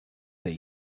they